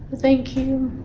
thank you.